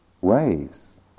ways